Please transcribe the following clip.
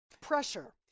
pressure